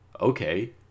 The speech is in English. okay